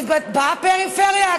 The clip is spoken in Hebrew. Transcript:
בפריפריה,